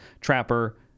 Trapper